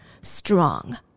Strong